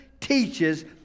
teaches